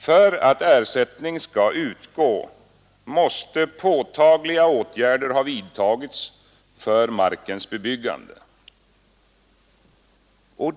För att ersättning skall utgå måste påtagliga åtgärder ha vidtagits för markens bebyggande.